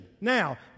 Now